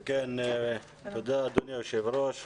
כן, תודה, אדוני היושב ראש.